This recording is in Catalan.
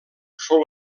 fou